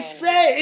say